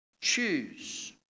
choose